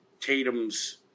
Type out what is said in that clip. Tatum's